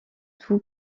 tout